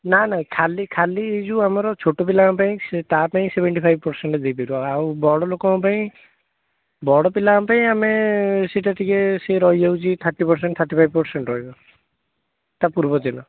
ନା ନାହିଁ ଖାଲି ଖାଲି ଯେଉଁ ଆମର ଛୋଟ ପିଲାଙ୍କ ପାଇଁ ତା'ପାଇଁ ସେଭେଣ୍ଟି ଫାଇବ୍ ପରସେଣ୍ଟ ଦେଇପାରିବୁ ଆଉ ବଡ଼ ଲୋକଙ୍କ ପାଇଁ ବଡ଼ ପିଲାଙ୍କ ପାଇଁ ଆମେ ସେଟା ଟିକେ ସିଏ ରହିଯାଉଛି thirty percent thirty five percent ରହିବ ତା'ପୂର୍ବଦିନ